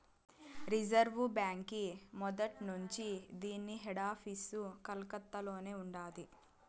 reserve బాంకీ మొదట్నుంచీ దీన్ని హెడాపీసు కలకత్తలోనే ఉండాది